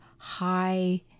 high